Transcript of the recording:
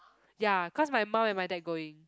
ya cause my mum and my dad going